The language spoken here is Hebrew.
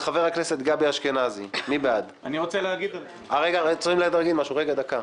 לגבי עניין יושבי-הראש,